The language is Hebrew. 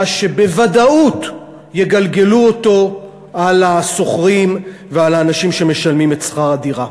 מה שבוודאות יגלגלו אותו על השוכרים ועל האנשים שמשלמים את שכר הדירה.